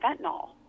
fentanyl